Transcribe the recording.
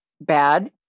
bad